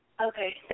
Okay